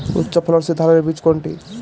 উচ্চ ফলনশীল ধানের বীজ কোনটি?